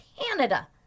Canada